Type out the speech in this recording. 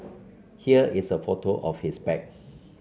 here is a photo of his bag